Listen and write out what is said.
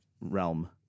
realm